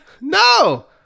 no